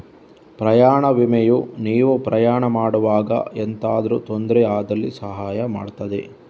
ಪ್ರಯಾಣ ವಿಮೆಯು ನೀವು ಪ್ರಯಾಣ ಮಾಡುವಾಗ ಎಂತಾದ್ರೂ ತೊಂದ್ರೆ ಆದಲ್ಲಿ ಸಹಾಯ ಮಾಡ್ತದೆ